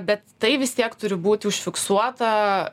bet tai vis tiek turi būti užfiksuota